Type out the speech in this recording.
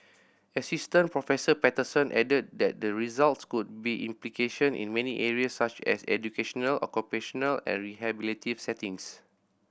Assistant Professor Patterson added that the results could be implication in many areas such as educational occupational and rehabilitative settings